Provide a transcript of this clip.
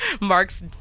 Mark's